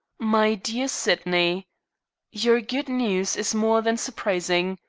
my dear sydney your good news is more than surprising.